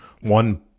One